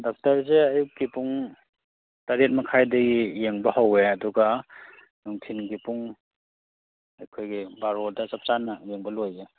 ꯗꯥꯛꯇꯔꯁꯦ ꯑꯌꯨꯛꯀꯤ ꯄꯨꯡ ꯇꯔꯦꯠ ꯃꯈꯥꯏꯗꯒꯤ ꯌꯦꯡꯕ ꯍꯧꯋꯦ ꯑꯗꯨꯒ ꯅꯨꯡꯊꯤꯟꯒꯤ ꯄꯨꯡ ꯑꯩꯈꯣꯏꯒꯤ ꯕꯥꯔꯣꯗ ꯆꯞꯆꯥꯅ ꯌꯦꯡꯕ ꯂꯣꯏꯖꯩ